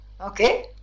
okay